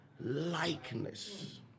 likeness